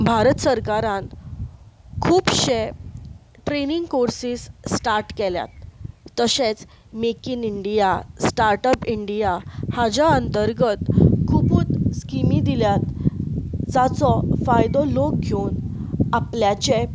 भारत सरकारान खुबशे training courses start केल्यात तसेच make in India start up India हाच्या अंतर्गत खुबूच स्किमी दिल्यात जाचो फायदो लोक घेवन आपल्याचें